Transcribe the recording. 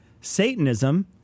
satanism